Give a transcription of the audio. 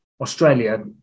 Australia